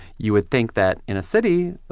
you would think that in a city,